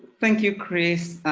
thank you, chris,